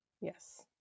Yes